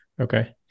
Okay